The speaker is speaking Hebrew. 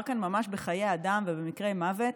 כאן באמת ממש בחיי אדם ובמקרי מוות,